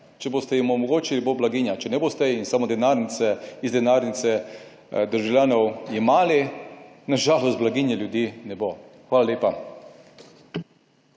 če boste jim omogočili, bo blaginja, če ne boste samo iz denarnice državljanov jemali, na žalost blaginje ljudi ne bo. Hvala lepa.